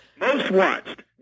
most-watched